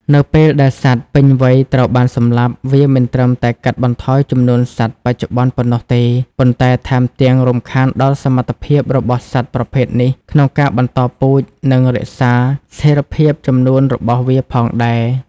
នៅពេលដែលសត្វពេញវ័យត្រូវបានសម្លាប់ វាមិនត្រឹមតែកាត់បន្ថយចំនួនសត្វបច្ចុប្បន្នប៉ុណ្ណោះទេ ប៉ុន្តែថែមទាំងរំខានដល់សមត្ថភាពរបស់សត្វប្រភេទនេះក្នុងការបន្តពូជ និងរក្សាស្ថិរភាពចំនួនរបស់វាផងដែរ។